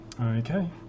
Okay